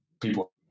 people